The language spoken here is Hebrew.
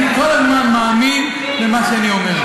אני כל הזמן מאמין למה שאני אומר.